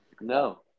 No